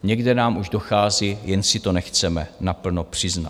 Někde nám už dochází, jen si to nechceme naplno přiznat.